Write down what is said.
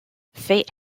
fate